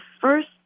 first